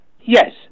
Yes